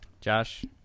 josh